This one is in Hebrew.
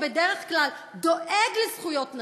שבדרך כלל דואג לזכויות נשים,